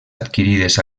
adquirides